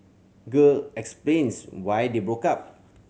girl explains why they broke up